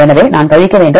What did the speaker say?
எனவே நான் கழிக்க வேண்டும்